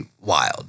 wild